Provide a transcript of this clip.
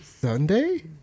Sunday